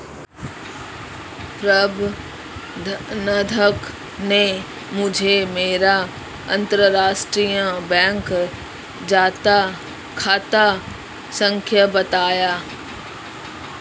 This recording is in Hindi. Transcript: प्रबन्धक ने मुझें मेरा अंतरराष्ट्रीय बैंक खाता संख्या बताया